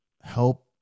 help